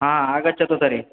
आ आगच्छतु तर्हि